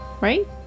Right